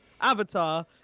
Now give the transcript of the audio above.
Avatar